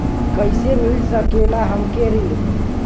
कइसे मिल सकेला हमके ऋण?